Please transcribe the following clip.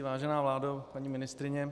Vážená vládo, paní ministryně.